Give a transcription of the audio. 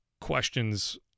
questions